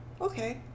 Okay